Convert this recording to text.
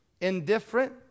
indifferent